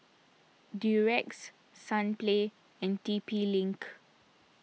Durex Sunplay and T P link